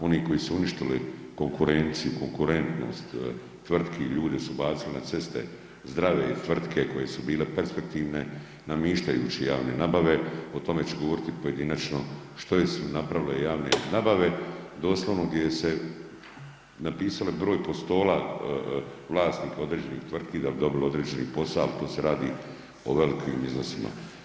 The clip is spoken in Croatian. Oni koji su uništili konkurenciju, konkurentnost tvrtki, ljude su bacili na ceste, zdrave tvrtke koje su bile perspektivne namištajući javne nabave, o tome ću govoriti pojedinačno što su napravile javne nabave, doslovno gdje je se napisale broj postola vlasnika određenih tvrtki da bi dobile određeni posa, al tu se radi o velikim iznosima.